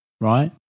right